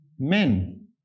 Men